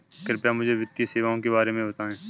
कृपया मुझे वित्तीय सेवाओं के बारे में बताएँ?